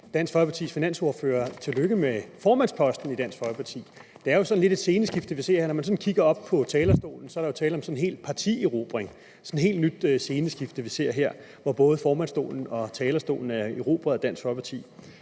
Dansk Folkepartis finansordfører tillykke med formandsposten i Dansk Folkeparti. Det er jo sådan lidt et sceneskifte, vi ser her. Når man kigger op på talerstolen, ser man jo, at der er tale om en hel partierobring. Det er sådan et helt nyt sceneskifte, vi ser her, hvor både formandsstolen og talerstolen er erobret af Dansk Folkeparti.